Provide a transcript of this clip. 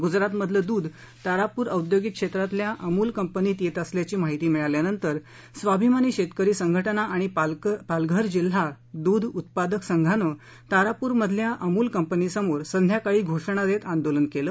गुजरात मधलं दूध तारापूर औद्योगिक क्षेत्रातल्या अमूल कंपनीत येत असल्याची माहिती मिळाल्यानंतर स्वाभिमानी शेतकरी संघटना आणि पालघर जिल्हा दूध उत्पादक संघानं तारापूर मधल्या अमूल कंपनीसमोर संध्याकाळी घोषणा देत आंदोलन केलं